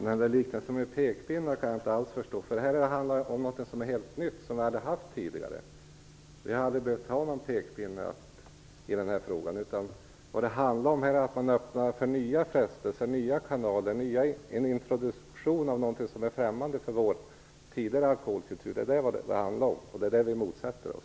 Herr talman! Liknelsen med pekpinnar kan jag inte alls förstå. Här handlar det om något som är helt nytt, som vi inte har haft tidigare. Vi har aldrig behövt ha någon pekpinne i den här frågan. Vad det handlar om är att man öppnar för nya frestelser, nya kanaler, en introduktion av något som är främmande för vår tidigare alkoholkultur. Det är vad det handlar om, och det motsätter vi oss.